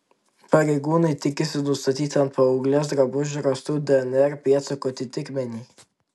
pareigūnai tikisi nustatyti ant paauglės drabužių rastų dnr pėdsakų atitikmenį